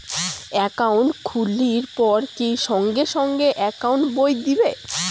Account খুলির পর কি সঙ্গে সঙ্গে একাউন্ট বই দিবে?